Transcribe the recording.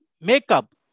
makeup